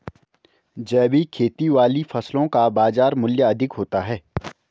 जैविक खेती वाली फसलों का बाजार मूल्य अधिक होता है